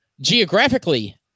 geographically